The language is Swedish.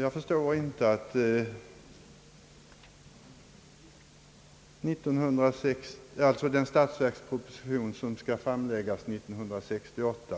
Jag kan inte inse att den statsverksproposition, som skall framläggas år 1968,